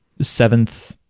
seventh